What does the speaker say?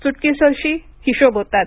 च्टकीसरशी हिशेब होतात